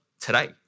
today